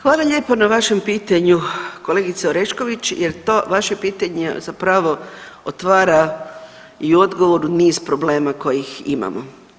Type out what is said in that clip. Hvala lijepo na vašem pitanju kolegice Orešković jer to vaše pitanje zapravo otvara i u odgovoru niz problema kojih imamo.